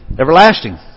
everlasting